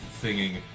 singing